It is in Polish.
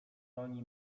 broni